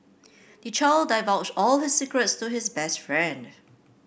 the child divulged all his secrets to his best friend